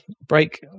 break